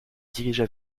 dirigea